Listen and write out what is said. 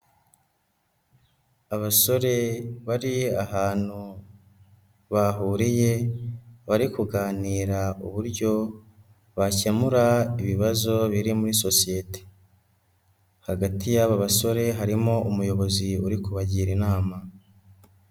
Abasore bari ahantu bahuriye bari kuganira uburyo bakemura ibibazo biri muri sosiyete, hagati y'aba basore harimo umuyobozi uri kubagira inama.